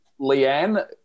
Leanne